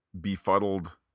befuddled